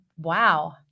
wow